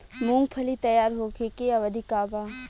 मूँगफली तैयार होखे के अवधि का वा?